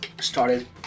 Started